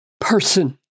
person